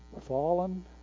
Fallen